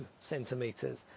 centimeters